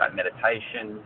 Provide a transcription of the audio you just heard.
meditation